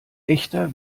echter